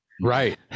Right